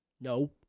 No